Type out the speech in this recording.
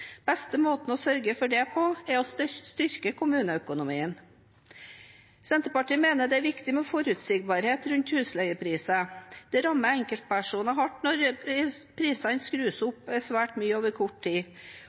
beste måten å sørge for det på er å styrke kommuneøkonomien. Senterpartiet mener det er viktig med forutsigbarhet rundt husleiepriser. Det rammer enkeltpersoner hardt når prisene skrus opp svært mye over kort tid.